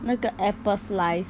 那个 apple slice